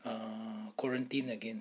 err quarantine again